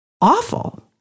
awful